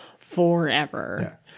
forever